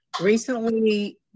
recently